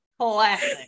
classic